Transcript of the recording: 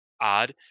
odd